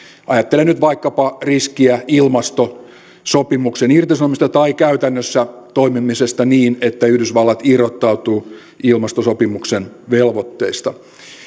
ajattelen nyt vaikkapa riskiä ilmastosopimuksen irtisanomisesta tai käytännössä toimimisesta niin että yhdysvallat irrottautuu ilmastosopimuksen velvoitteista